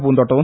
പൂന്തോട്ടവും